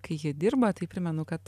kai ji dirba tai primenu kad